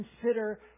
consider